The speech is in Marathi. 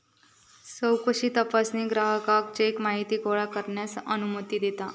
चौकशी तपासणी ग्राहकाक चेक माहिती गोळा करण्यास अनुमती देता